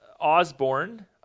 Osborne